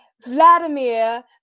Vladimir